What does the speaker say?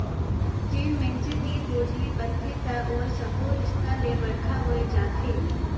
जेन मइनसे तीर भोजली बदथे त ओहर सब्बो रिस्ता ले बड़का होए जाथे